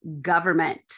government